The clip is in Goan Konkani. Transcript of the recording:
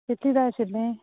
कितलीं जाय आशिल्लीं